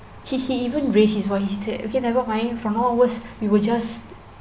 he he even raise his voice he said okay never mind from now onwards we will just